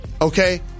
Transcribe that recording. okay